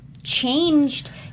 Changed